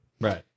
Right